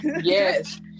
yes